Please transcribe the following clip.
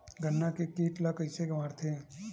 गन्ना के कीट ला कइसे मारथे?